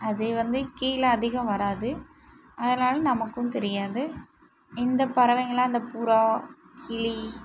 அது வந்து கீழே அதிகம் வராது அதனால் நமக்கும் தெரியாது இந்த பறவைங்களாம் அந்த புறா கிளி